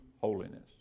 holiness